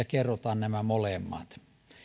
kerrotaan nämä molemmat